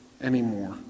anymore